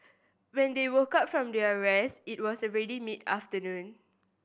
when they woke up from their rest it was already mid afternoon